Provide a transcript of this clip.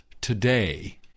today